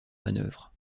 manœuvre